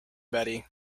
betty